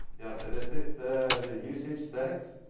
yeah so this is the the usage stats.